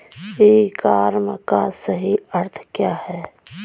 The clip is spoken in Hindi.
ई कॉमर्स का सही अर्थ क्या है?